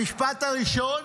המשפט הראשון: